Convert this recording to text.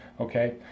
okay